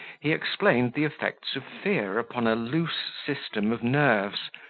he explained the effects of fear upon a loose system of nerves,